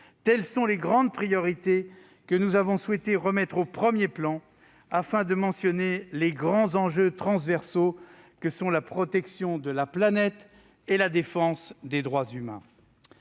telles sont les grandes priorités que nous avons souhaité remettre au premier plan afin de mentionner les grands enjeux transversaux que sont la protection de la planète et la défense des droits humains.